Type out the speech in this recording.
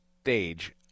stage